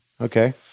Okay